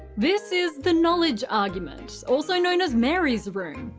this is the knowledge argument, also known as mary's room.